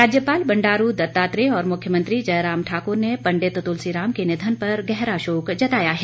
राज्यपाल बंडारू दत्तात्रेय और मुख्यमंत्री जयराम ठाक्र ने पंडित तुलसीराम के निधन पर गहरा शोक जताया है